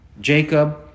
Jacob